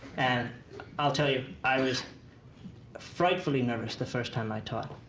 and i'll tell you, i was frightfully nervous the first time i taught.